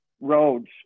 roads